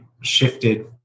shifted